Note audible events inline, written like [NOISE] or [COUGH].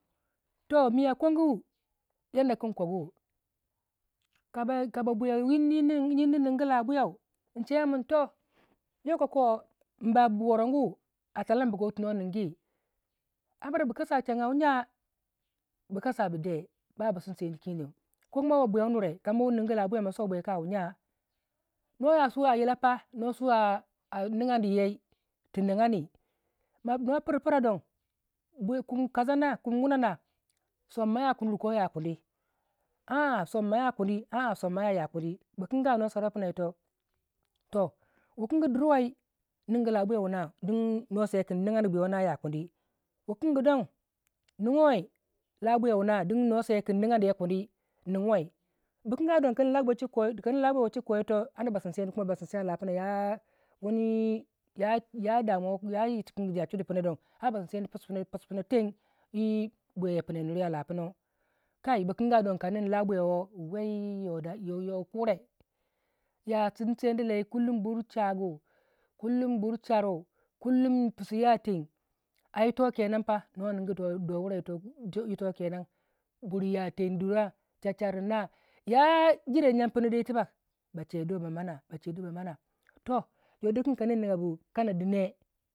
ba babu woron gu yini ningu job uyoy inchewe mun ton yokoh koh bu worongu a talange bu koyu tu nor nungi ambra bu kasa changa wu nya bu kasa bu de. masuwa buyaka wu nya ma de nor ya su a yila pna nor su a ningandi yey tuningandi noh pur pura don kum wuna nan somaya nye kundu ho ya kundu ra soma ya kundi suma ya ya kundi bukunga nor saroh puma yitoh toh wukun gu durai nungu labuya wuna nor se kun bu ya wuna yakundi wuwingi don ningu wei din nor se kun ningandi yeh kundi ning uwei bukunga anda ba sindi sendi chegu [UNINTELLIGIBLE] yitikingi a chudi puma don anda ba sindi sendi teng yi buya yoh a buhunga ka nin lobuya woh yoh kure. ya sindi sendi lei bur chagu bur charu pusu ya yeng a yitoh bur ya teng du dah char charu na yi jire nyan puna tubak bache do ba mana bache do ba mana bache dor ba mana toh